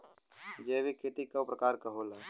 जैविक खेती कव प्रकार के होला?